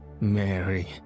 Mary